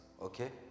okay